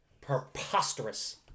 preposterous